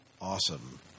awesome